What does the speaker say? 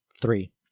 Three